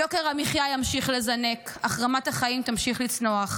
יוקר המחיה ימשיך לזנק, אך רמת החיים תמשיך לצנוח.